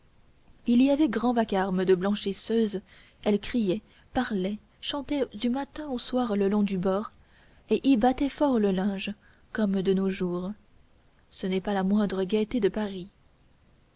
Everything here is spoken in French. il y avait grand vacarme de blanchisseuses elles criaient parlaient chantaient du matin au soir le long du bord et y battaient fort le linge comme de nos jours ce n'est pas la moindre gaieté de paris